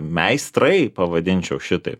meistrai pavadinčiau šitaip